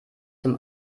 zum